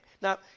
now